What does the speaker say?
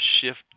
shift